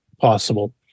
possible